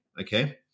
okay